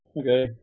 Okay